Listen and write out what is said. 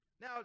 Now